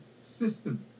system